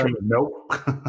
nope